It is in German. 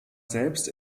selbst